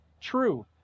true